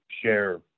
share